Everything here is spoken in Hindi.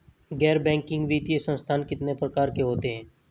गैर बैंकिंग वित्तीय संस्थान कितने प्रकार के होते हैं?